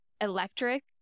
electric